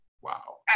Wow